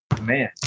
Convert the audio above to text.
Man